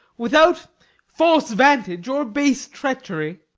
without false vantage or base treachery.